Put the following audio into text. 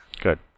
Good